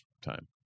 time